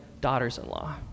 daughters-in-law